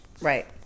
Right